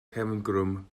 cefngrwm